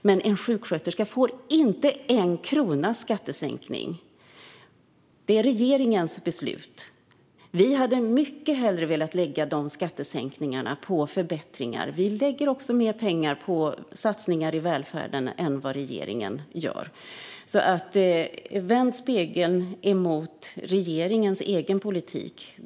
Men en sjuksköterska får inte en krona i skattesänkning. Det är regeringens beslut. Vi hade mycket hellre velat lägga de skattesänkningarna på förbättringar. Vi lägger också mer pengar på satsningar i välfärden än vad regeringen gör. Vänd spegeln mot regeringens egen politik.